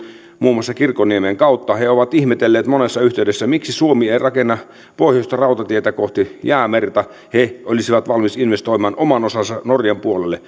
muun muassa kirkkoniemen kautta he ovat ihmetelleet monessa yhteydessä miksi suomi ei rakenna pohjoista rautatietä kohti jäämerta he olisivat valmiita investoimaan oman osansa norjan puolelle